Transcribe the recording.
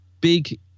big